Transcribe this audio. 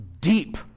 deep